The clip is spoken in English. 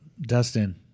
Dustin